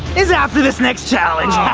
is after this next challenge.